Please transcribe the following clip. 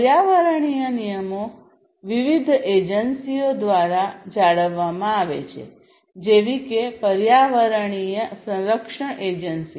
પર્યાવરણીય નિયમો વિવિધ એજન્સીઓ દ્વારા જાળવવામાં આવે છે જેવી કે પર્યાવરણીય સંરક્ષણ એજન્સી